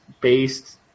based